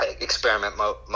experiment